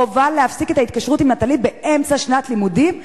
חובה להפסיק את ההתקשרות עם "נטלי" באמצע שנת הלימודים,